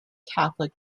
catholic